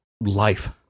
life